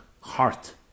heart